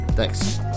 Thanks